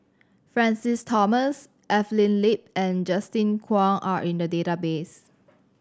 Francis Thomas Evelyn Lip and Justin Zhuang are in the database